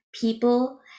people